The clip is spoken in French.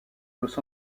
los